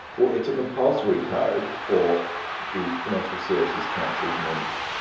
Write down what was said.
well, it's a compulsory code for the financial services council's members.